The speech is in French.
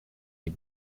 dit